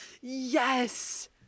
Yes